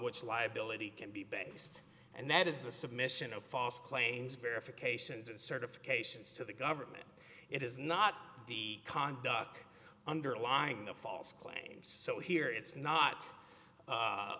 which liability can be based and that is the submission of false claims verifications certifications to the government it is not the conduct underlying the false claims so here it's not u